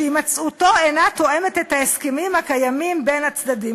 שהימצאותו אינה תואמת את ההסכמים הקיימים בין הצדדים.